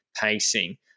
pacing